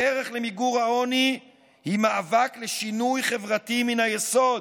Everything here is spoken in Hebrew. הדרך למיגור העוני היא מאבק לשינוי חברתי מן היסוד,